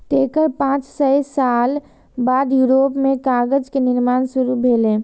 तेकर पांच सय साल बाद यूरोप मे कागज के निर्माण शुरू भेलै